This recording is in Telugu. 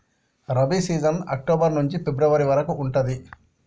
రబీ సీజన్ అక్టోబర్ నుంచి ఫిబ్రవరి వరకు ఉంటది